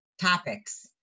topics